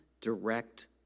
direct